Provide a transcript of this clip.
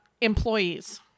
employees